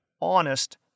honest